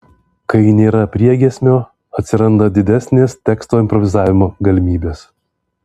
kai nėra priegiesmio atsiranda didesnės teksto improvizavimo galimybės